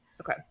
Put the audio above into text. Okay